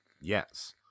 yes